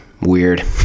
weird